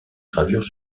gravures